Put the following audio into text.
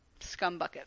scumbucket